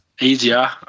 easier